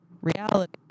reality